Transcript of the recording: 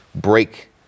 break